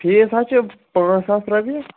ٹھیٖک حظ چھُ پانٛژھ ساس رۄپیٚہِ